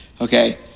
Okay